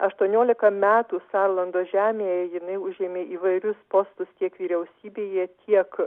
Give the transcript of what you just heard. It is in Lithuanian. aštuoniolika metų sarlando žemėje jinai užėmė įvairius postus tiek vyriausybėje tiek